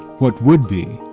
what would be.